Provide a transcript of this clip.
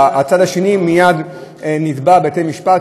והצד השני מייד נתבע בבתי-משפט,